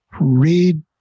read